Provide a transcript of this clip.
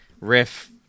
riff